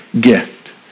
gift